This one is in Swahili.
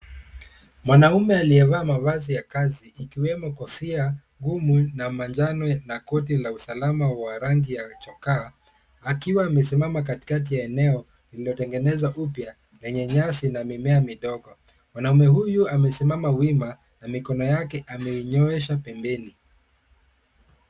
Mwanaume aliyevaa mavazi ya kazi ikiwemo kofia ngumu la manjano na koti la usalama wa rangi ya chokaa akiwa amesimama katikati ya eneo lililotengenezwa upya lenye nyasi na mimea midogo. Mwanaume huyu amesimama wima na mikono yake ameinyoosha pembeni.